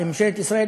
לממשלת ישראל,